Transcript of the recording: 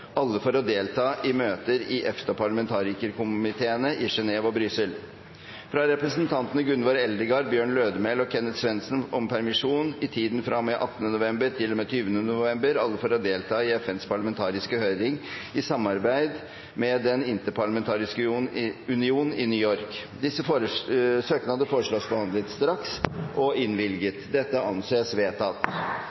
alle for å delta i møter i EFTA-parlamentarikerkomiteene i Genève og Brussel fra representantene Gunvor Eldegard, Bjørn Lødemel og Kenneth Svendsen om permisjon i tiden fra og med 18. november til og med 20. november – alle for å delta i FNs parlamentariske høring i samarbeid med Den Interparlamentariske Union i New York.